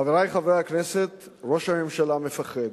חברי חברי הכנסת, ראש הממשלה מפחד.